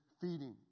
feeding